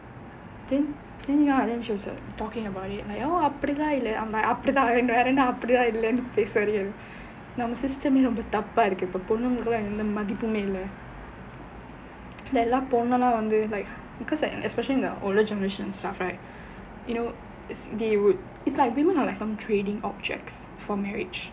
then then ya then she was talking about it like அப்டி தான் இல்ல அப்டி தான் வேற என்ன அப்டி தான் இல்ல நம்ம:apdi thaan illa apdi thaan vera enna padi thaan illa namma system மே ரொம்ப தப்பா இருக்கு பொண்ணுங்கனா மதிப்பே இல்ல பொண்ணுன்னா வந்து:mae romba thappaa irukku ponnunganaa mathippae illa ponnunga vanthu like because like especially the older generation stuff right you know if they would it's like women are like some trading objects for marriage